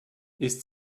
ist